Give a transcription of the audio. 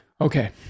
Okay